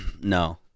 no